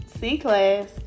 C-Class